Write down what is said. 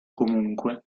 comunque